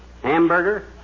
hamburger